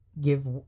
give